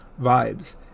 Vibes